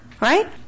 right